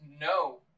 no